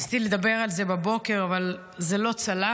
ניסיתי לדבר על זה בבוקר, אבל זה לא צלח.